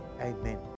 Amen